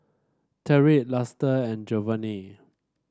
Tyrik Luster and Jovanny